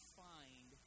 find